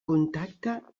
contacte